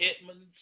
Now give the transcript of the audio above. Edmonds